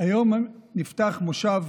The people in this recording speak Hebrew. היום נפתח מושב